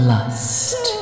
Lust